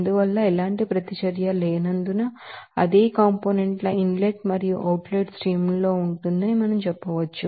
అందువల్ల ఎలాంటి ప్రతిచర్య లేనందున అదే కాంపోనెంట్ ఇన్ లెట్ మరియు అవుట్ లెట్ స్ట్రీమ్ ల్లో ఉంటుందని మనం చెప్పవచ్చు